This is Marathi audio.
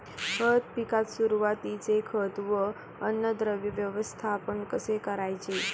हळद पिकात सुरुवातीचे खत व अन्नद्रव्य व्यवस्थापन कसे करायचे?